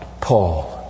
Paul